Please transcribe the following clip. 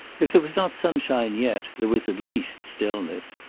if there was not sunshine yet, there was at least stillness.